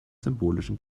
symbolischen